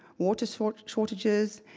water sort of shortages,